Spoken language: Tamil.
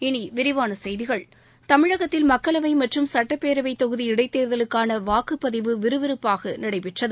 இனி விரிவான செய்திகள் தமிழகத்தில் மக்களவை மற்றும் சட்டப்பேரவைத் தொகுதி இடைத்தேர்தலுக்கான வாக்குப்பதிவு விறுவிறுப்பாக நடைபெற்று வருகிறது